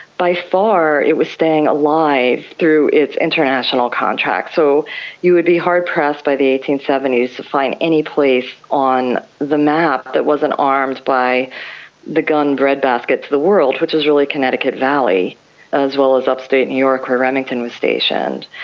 by far it was staying alive through its international contracts. so you would be hard pressed by the eighteen seventy s to find any place on the map that wasn't armed by the gun breadbasket to the world, which is really connecticut valley as well as upstate new york or remington was stationed.